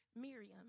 Miriam